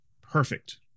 perfect